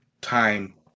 time